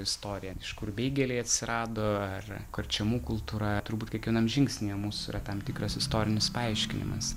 istoriją iš kur beigeliai atsirado ar karčemų kultūra turbūt kiekvienam žingsnyje mūsų yra tam tikras istorinis paaiškinimas